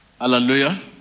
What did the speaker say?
Hallelujah